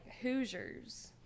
Hoosiers